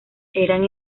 eran